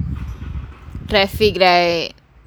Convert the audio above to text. traffic leh